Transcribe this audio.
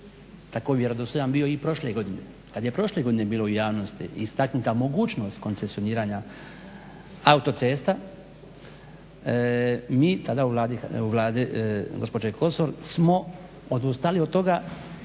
tako vjerodostojan bio i prošle godine. Kad je prošle godine bilo u javnosti istaknuta mogućnost koncesioniranja autocesta mi tada u Vladi gospođe Kosor smo odustali od toga